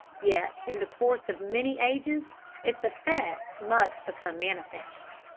yet in the course of many ages its effects must become manifest.